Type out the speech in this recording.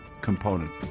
component